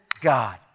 God